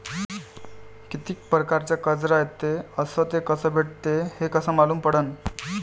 कितीक परकारचं कर्ज रायते अस ते कस भेटते, हे कस मालूम पडनं?